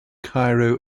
cairo